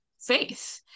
faith